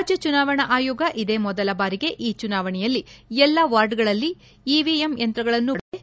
ರಾಜ್ಯ ಚುನಾವಣಾ ಆಯೋಗ ಇದೇ ಮೊದಲ ಬಾರಿಗೆ ಈ ಚುನಾವಣೆಯಲ್ಲಿ ಎಲ್ಲ ವಾರ್ಡ್ಗಳಲ್ಲಿ ಇವಿಎಂ ಯಂತ್ರವನ್ನು ಬಳಕೆ ಮಾಡುತ್ತಿದೆ